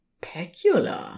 peculiar